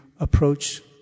Approach